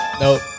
Nope